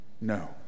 No